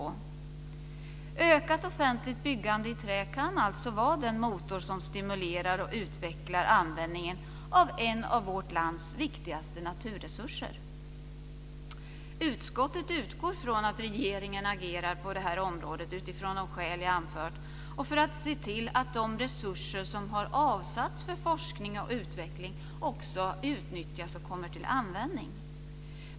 Ett ökat offentligt byggande kan alltså vara den motor som stimulerar och utvecklar användningen av en av vårt lands viktigaste naturresurser. Utskottet utgår från att regeringen agerar på detta område utifrån de skäl som jag har anfört och för att se till att de resurser som har avsatts för forskning och utveckling också utnyttjas och kommer till användning.